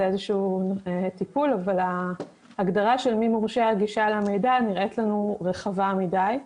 איזה טיפול ההגדרה של מי מורשה הגישה למידע נראית לנו רחבה מדי,